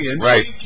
Right